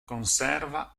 conserva